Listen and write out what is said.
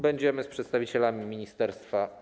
Będziemy z przedstawicielami ministerstwa.